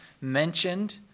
mentioned